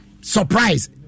surprise